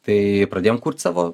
tai pradėjom kurt savo